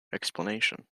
explanation